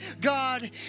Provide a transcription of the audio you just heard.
God